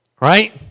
Right